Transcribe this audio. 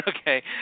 Okay